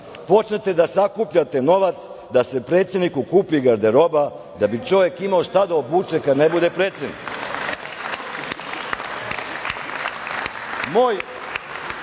počnete da sakupljate novac da se predsedniku kupi garderoba da bi čovek imao šta da obuče kada ne bude predsednik. Moj